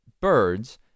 birds